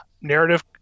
Narrative